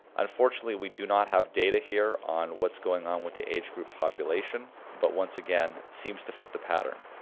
unfortunately we do not have data here on what's going on with the age group population, but once again seems to fit the pattern.